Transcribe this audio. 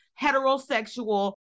heterosexual